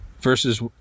Versus